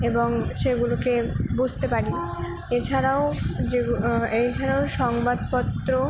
এবং সেগুলোকে বুঝতে পারি এছাড়াও যেগু এছাড়াও সংবাদপত্র